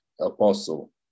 apostle